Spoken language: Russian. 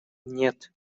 нет